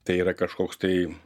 tai yra kažkoks tai